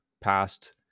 past